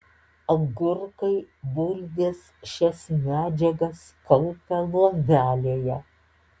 agurkai bulvės šias medžiagas kaupia luobelėje